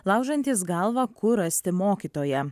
laužantys galvą kur rasti mokytoją